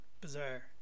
bizarre